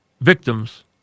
victims